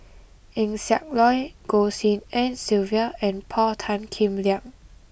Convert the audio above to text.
Eng Siak Loy Goh Tshin En Sylvia and Paul Tan Kim Liang